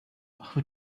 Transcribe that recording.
who